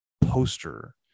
poster